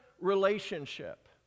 relationship